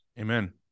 Amen